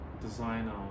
designer